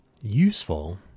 useful